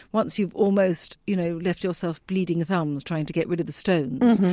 once you've almost you know left yourself bleeding thumbs trying to get rid of the stones,